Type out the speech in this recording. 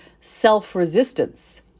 self-resistance